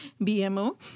BMO